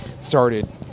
started